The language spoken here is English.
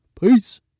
Peace